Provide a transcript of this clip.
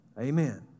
Amen